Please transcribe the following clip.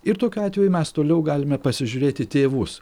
ir tokiu atveju mes toliau galime pasižiūrėt į tėvus